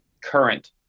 current